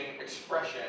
expression